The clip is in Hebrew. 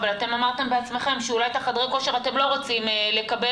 אתם אמרתם בעצמכם שאולי את חדרי הכושר אתם לא רוצים לקבל,